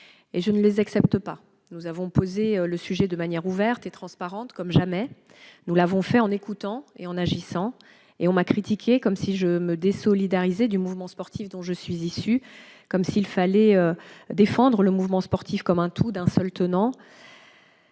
je ne les accepte pas. Nous avons posé le sujet de manière ouverte et transparente comme jamais, nous l'avons fait en écoutant et en agissant. On m'a critiquée, comme si je me désolidarisais du mouvement sportif, dont je suis issue, comme s'il fallait défendre celui-ci comme un tout, d'un seul tenant.